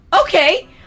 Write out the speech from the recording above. okay